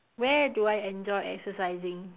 where do I enjoy exercising